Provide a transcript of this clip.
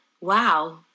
wow